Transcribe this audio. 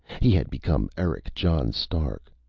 he had become eric john stark,